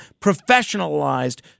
professionalized